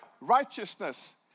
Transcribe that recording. righteousness